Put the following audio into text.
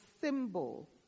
symbol